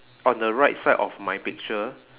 on the right side of my picture